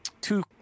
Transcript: two